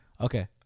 Okay